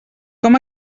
com